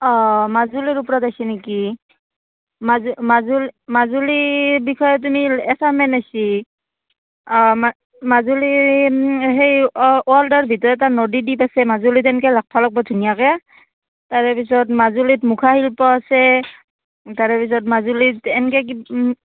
অঁ মাজুলীৰ ওপৰত আছে নেকি মাজ মাজুলী মাজুলীৰ বিষয়ে তুমি এছাইমেণ্ট আছে অঁ মাজুলীৰ সেই ৱ ৱৰ্ল্ডৰ ভিতৰত এটা নদী দ্বীপ আছে মাজুলী তেনেকৈ লিখিব লাগিব ধুনীয়াকৈ তাৰেপিছত মাজুলীত মুখা শিল্প আছে তাৰেপিছত মাজুলীত এনেকৈ